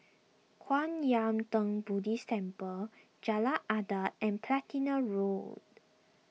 Kwan Yam theng Buddhist Temple Jalan Adat and Platina Road